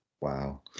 wow